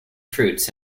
fruits